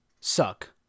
suck